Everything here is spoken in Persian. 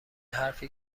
حرفی